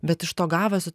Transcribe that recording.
bet iš to gavosi